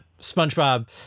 SpongeBob